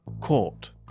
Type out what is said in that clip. court